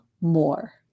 more